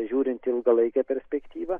žiūrint į ilgalaikę perspektyvą